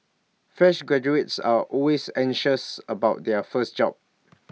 fresh graduates are always anxious about their first job